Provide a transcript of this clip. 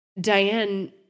Diane